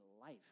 life